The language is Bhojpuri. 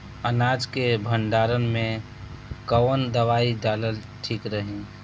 अनाज के भंडारन मैं कवन दवाई डालल ठीक रही?